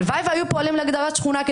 הלוואי והיו פועלים להגדרת שכונה,